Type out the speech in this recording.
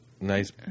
nice